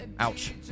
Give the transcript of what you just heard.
Ouch